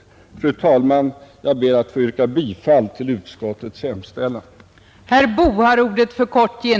Fru talman! Jag ber att få yrka bifall till utskottets hemställan.